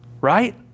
Right